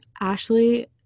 Ashley